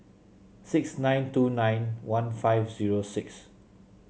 six nine two nine one five zero six